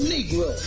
Negro